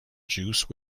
juice